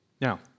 Now